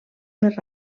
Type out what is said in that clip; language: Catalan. més